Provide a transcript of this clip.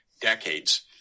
decades